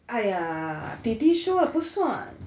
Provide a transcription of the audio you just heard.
!aiya! daddy 说的不算